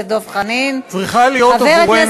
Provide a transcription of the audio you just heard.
אי-אפשר ככה, באמת.